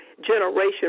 generation